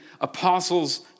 apostles